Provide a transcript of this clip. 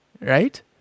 right